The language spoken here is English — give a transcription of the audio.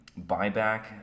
buyback